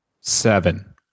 Seven